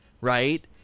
right